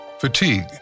fatigue